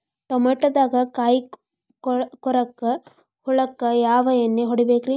ಟಮಾಟೊದಾಗ ಕಾಯಿಕೊರಕ ಹುಳಕ್ಕ ಯಾವ ಎಣ್ಣಿ ಹೊಡಿಬೇಕ್ರೇ?